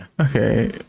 Okay